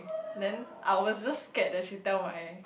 then I was just scared that she tell my